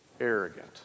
arrogant